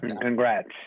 Congrats